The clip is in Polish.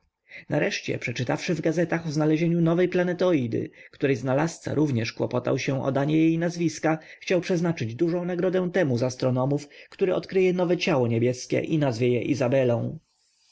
nareszcie przeczytawszy w gazetach o znalezieniu nowej planetoidy której znalazca również kłopotał się o danie jej nazwiska chciał przeznaczyć dużą nagrodę temu z astronomów który odkryje nowe ciało niebieskie i nazwie je izabelą